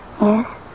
Yes